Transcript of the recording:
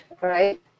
right